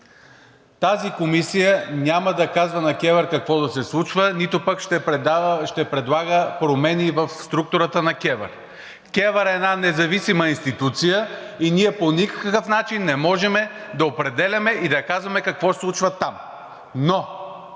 тази комисия няма да казва на КЕВР какво да се случва, нито пък ще предлага промени в структурата на КЕВР. КЕВР е една независима институция и ние по никакъв начин не можем да определяме и да казваме какво ще се случва там, но